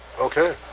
Okay